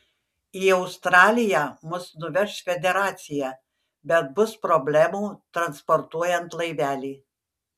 į australiją mus nuveš federacija bet bus problemų transportuojant laivelį